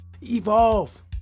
evolve